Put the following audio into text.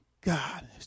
God